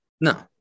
No